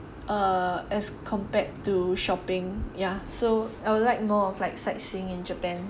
err as compared to shopping ya so I would like more of like sightseeing in japan